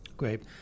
Great